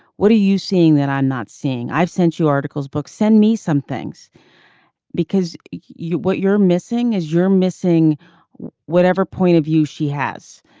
what are you seeing that i'm not seeing. i've sent you articles books send me some things because you what you're missing is you're missing whatever point of view she has.